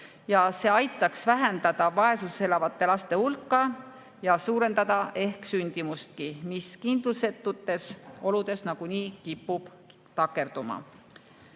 See aitaks vähendada vaesuses elavate laste hulka ja suurendada ehk sündimustki, mis kindlusetutes oludes nagunii kipub takerduma. Head